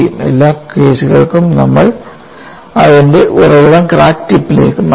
എല്ലാ കേസുകൾക്കും നമ്മൾ അതിന്റെ ഉറവിടം ക്രാക്ക് ടിപ്പിലേക്ക് മാറ്റും